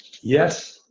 Yes